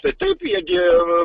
tai taip jie gi